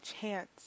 chance